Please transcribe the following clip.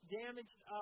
damaged